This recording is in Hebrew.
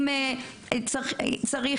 יש אצלנו הבנה שאנחנו צריכים